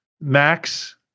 Max